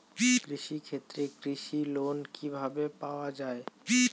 কৃষি ক্ষেত্রে কৃষি লোন কিভাবে পাওয়া য়ায়?